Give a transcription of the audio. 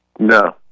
No